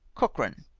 cochrane.